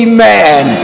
Amen